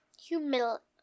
Humility